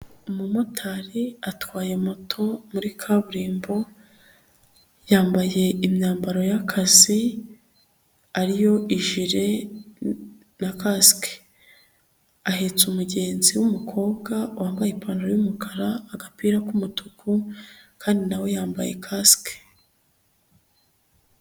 Umumotari atwaye moto muri kaburimbo, yambaye imyambaro y'akazi, ariyo ijire na kasike, ahetse umugenzi w'umukobwa, wambaye ipantaro y'umukara, agapira k'umutuku kandi nawe yambaye kasike.